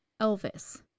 Elvis